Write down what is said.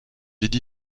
lydie